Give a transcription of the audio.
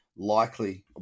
Likely